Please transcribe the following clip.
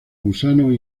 gusanos